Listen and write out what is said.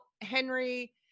Henry